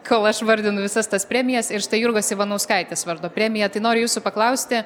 kol aš vardinu visas tas premijas ir štai jurgos ivanauskaitės vardo premija tai noriu jūsų paklausti